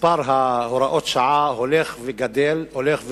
מספר הוראות השעה הולך וגדל, הולך ותופח,